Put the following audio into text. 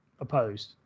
opposed